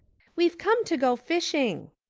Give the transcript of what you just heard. we've come to go fishing,